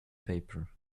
paper